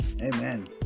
Amen